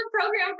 program